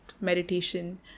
meditation